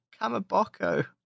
Kamaboko